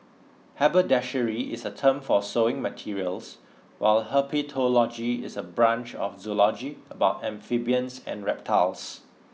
haberdashery is a term for sewing materials while herpetology is a branch of zoology about amphibians and reptiles